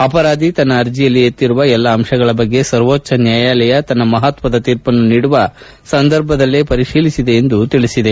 ಅವರಾಧಿ ತನ್ನ ಅರ್ಜಿಯಲ್ಲಿ ಎತ್ತಿರುವ ಎಲ್ಲ ಅಂಶಗಳ ಬಗ್ಗೆ ಸರ್ವೋಜ್ವ ನ್ಯಾಯಾಲಯ ತನ್ನ ಮಹತ್ವದ ತೀರ್ಪನ್ನು ನೀಡುವ ಸಂದರ್ಭದಲ್ಲೇ ಪರಿಶೀಲಿಸಿದೆ ಎಂದು ಹೇಳಿದೆ